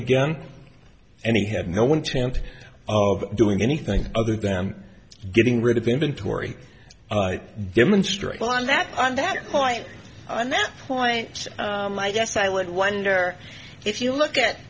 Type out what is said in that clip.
again and he had no one temp of doing anything other than getting rid of inventory i demonstrate on that on that point on that point i guess i would wonder if you look at